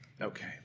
Okay